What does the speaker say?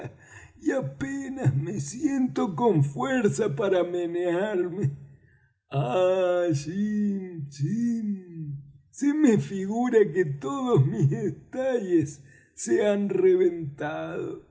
y apenas me siento con fuerza para menearme ah jim jim se me figura que todos mis estayes se han reventado